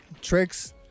tricks